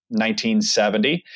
1970